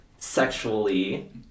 sexually